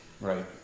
Right